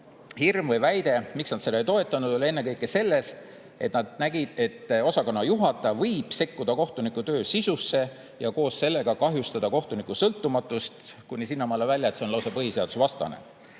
hirm või väide, miks nad seda ei toetanud, oli ennekõike selles, et nad nägid, et osakonnajuhataja võib sekkuda kohtunikutöö sisusse ja koos sellega kahjustada kohtuniku sõltumatust, kuni sinnamaani välja, et see on lausa põhiseadusvastane.